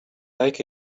make